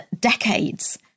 decades